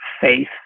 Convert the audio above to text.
faith